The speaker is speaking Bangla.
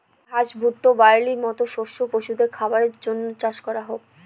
ঘাস, ভুট্টা, বার্লির মতো শস্য পশুদের খাবারের জন্য চাষ করা হোক